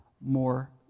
more